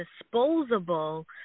disposable